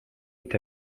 est